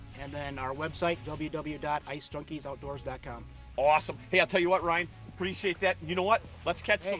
and and our website www www dot icejunkiesoutdoors dot com awesome! hey i'll tell ya what, ryan, i appreciate that. you know what? let's catch